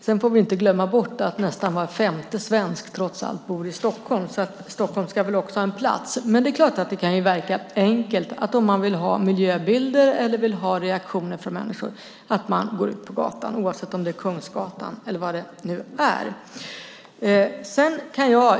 Sedan får vi inte glömma bort att nästan var femte svensk trots allt bor i Stockholm, så Stockholm ska väl också ha en plats. Det kan förstås verka enkelt att man, om man vill ha miljöbilder eller reaktioner från människor, går ut på stan, antingen det nu är Kungsgatan eller någon annan gata.